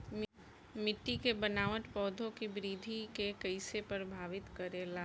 मिट्टी के बनावट पौधों की वृद्धि के कईसे प्रभावित करेला?